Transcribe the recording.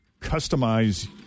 customize